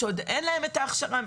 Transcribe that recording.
שעוד אין להן את ההכשרה המתאימה,